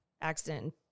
accident